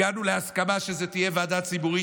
הגענו להסכמה שזו תהיה ועדה ציבורית.